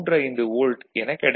35 volt என கிடைக்கும்